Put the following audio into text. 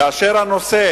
כאשר הנושא